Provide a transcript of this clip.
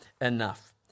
enough